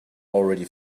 already